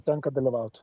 tenka dalyvaut